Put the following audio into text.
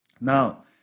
Now